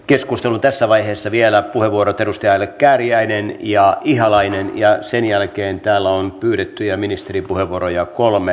keskustelun tässä vaiheessa vielä puheenvuorot edustajille kääriäinen ja ihalainen ja sen jälkeen täällä on pyydettyjä ministeripuheenvuoroja kolme